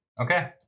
Okay